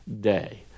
day